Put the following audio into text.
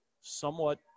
Somewhat